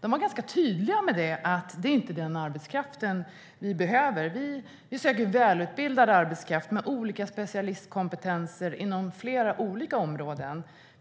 De var tydliga med att det inte var den sortens arbetskraft de behövde. De sökte välutbildad arbetskraft med olika specialistkompetenser inom flera olika områden.